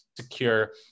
secure